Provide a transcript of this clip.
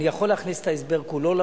יכול להיות שהיו מקרים נוספים שהיינו נדרשים